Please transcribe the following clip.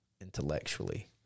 intellectually